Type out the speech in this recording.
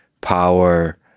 power